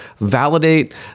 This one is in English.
validate